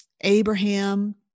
Abraham